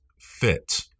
fit